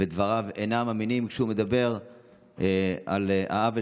ודבריו אינם אמינים כשהוא מדבר על העוול